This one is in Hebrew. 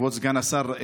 כבוד סגן השר,